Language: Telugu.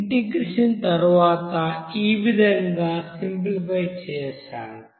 ఇంటెగ్రేషన్ తరువాత ఈ విధంగా సింప్లిఫై చేసాము